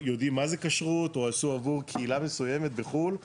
יודעים מה זה כשרות או עשו עבור קהילה מסוימת בחו"ל,